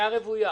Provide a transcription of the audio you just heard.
רוויה.